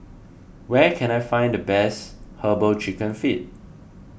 where can I find the best Herbal Chicken Feet